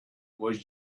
was